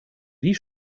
wie